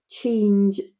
change